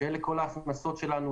שאלה כל ההכנסות שלנו,